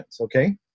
Okay